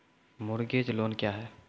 Mortgage loan क्या है?